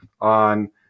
on